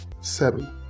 Seven